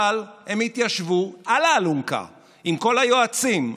אבל הם התיישבו על האלונקה עם כל היועצים,